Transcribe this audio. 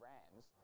Rams